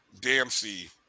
Dancy